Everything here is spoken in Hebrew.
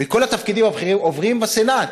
וכל התפקידים הבכירים עוברים בסנאט.